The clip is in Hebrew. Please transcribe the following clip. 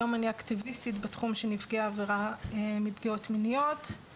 היום אני אקטיביסטית בתחום של נפגעי עבירה מפגיעות מיניות,